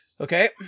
Okay